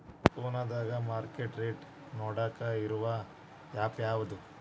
ಫೋನದಾಗ market rate ನೋಡಾಕ್ ಇರು ಆ್ಯಪ್ ಯಾವದು?